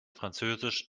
französisch